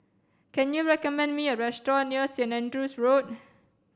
can you recommend me a restaurant near Saint Andrew's Road